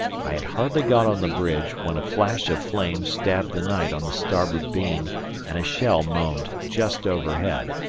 i had hardly got on the bridge, when a flash of flame stabbed the night on the starboard beam and a shell moaned just overhead.